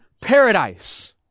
paradise